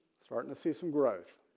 starting to see some growth